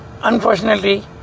unfortunately